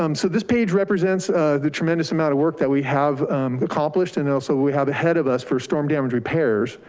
um so this page represents the tremendous amount of work that we have accomplished and also we have ahead of us for storm damage repairs,